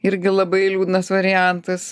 irgi labai liūdnas variantas